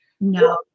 No